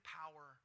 power